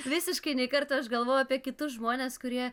visiškai nei karto aš galvojau apie kitus žmones kurie